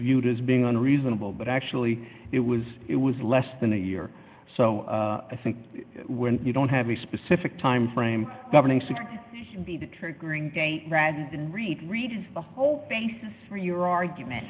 viewed as being on reasonable but actually it was it was less than a year so i think when you don't have a specific timeframe governing six to be the triggering date rather than read read the whole thanks for your argument